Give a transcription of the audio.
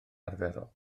arferol